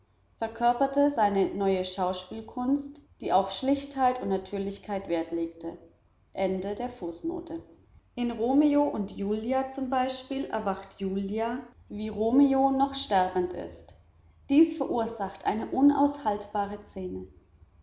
verkörperte eine neue schauspielkunst die auf schlichtheit und natürlichkeit wert legte in romeo und julia zum beispiel erwacht julia wie romeo noch sterbend ist dies verursacht eine unaushaltbare szene